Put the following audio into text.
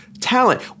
talent